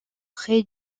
créer